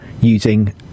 using